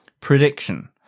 Prediction